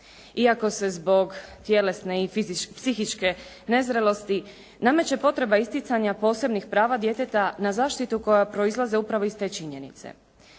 iako se zbog tjelesne i psihičke nezrelosti nameće potreba isticanja posebnih prava djeteta na zaštitu koja proizlaze upravo iz te činjenice.